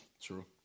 True